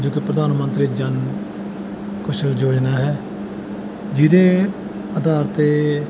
ਜਦੋਂ ਪ੍ਰਧਾਨ ਮੰਤਰੀ ਜਨ ਕੁਸ਼ਲ ਯੋਜਨਾ ਹੈ ਜਿਹਦੇ ਅਧਾਰ 'ਤੇ